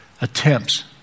attempts